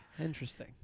interesting